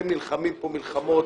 אתם נלחמים פה מלחמות